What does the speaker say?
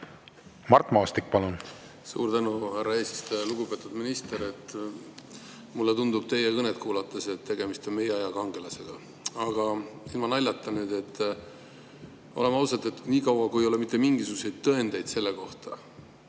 Mart Maastik, palun!